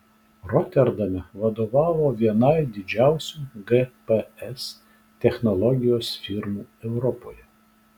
roterdame vadovavo vienai didžiausių gps technologijos firmų europoje